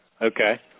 Okay